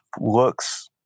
looks